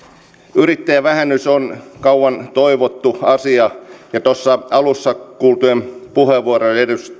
yrittäjävähennys on kauan toivottu asia ja tuossa alussa kuullut puheenvuorot